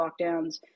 lockdowns